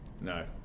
No